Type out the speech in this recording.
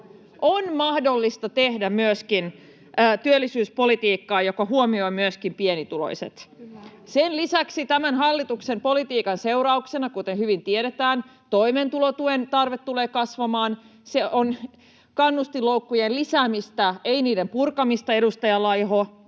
On mahdollista tehdä myöskin työllisyyspolitiikkaa, joka huomioi myöskin pienituloiset. Sen lisäksi tämän hallituksen politiikan seurauksena, kuten hyvin tiedetään, toimeentulotuen tarve tulee kasvamaan. Se on kannustinloukkujen lisäämistä, ei niiden purkamista, edustaja Laiho.